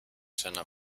seiner